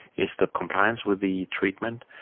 it's the compliance with the treatment,